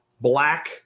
Black